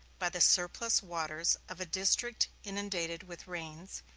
by the surplus waters of a district inundated with rains,